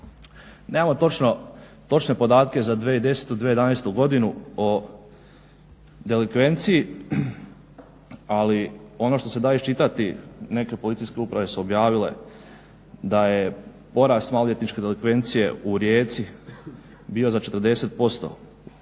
Nemamo točne podatke za 2010., 2011.godinu o delikvenciji ali ono što se da iščitati neke policijske uprave su objavile da je porast maloljetničke delikvencije u Rijeci bio za 40%